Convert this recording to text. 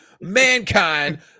Mankind